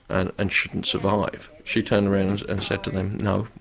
and and she wouldn't survive, she turned around and said to them, no,